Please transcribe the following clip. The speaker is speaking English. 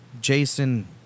Jason